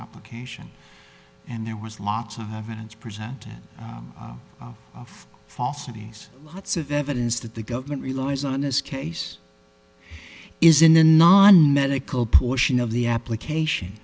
application and there was lots of evidence presented of falsities lots of evidence that the government relies on this case is in the non medical portion of the application